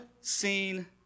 seen